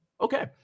Okay